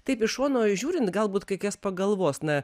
taip iš šono žiūrint galbūt kai kas pagalvos na